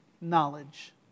knowledge